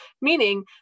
meaning